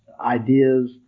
ideas